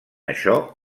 això